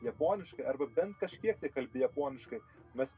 japoniškai arba bent kažkiek tai kalbi japoniškai mes